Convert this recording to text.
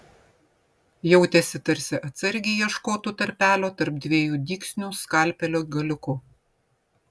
jautėsi tarsi atsargiai ieškotų tarpelio tarp dviejų dygsnių skalpelio galiuku